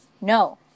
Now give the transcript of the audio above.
No